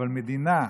אבל מדינה,